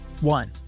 One